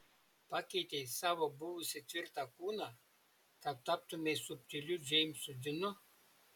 pakeitei savo buvusį tvirtą kūną kad taptumei subtiliu džeimsu dinu